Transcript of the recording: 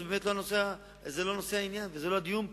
באמת זה לא נושא העניין וזה לא הדיון פה.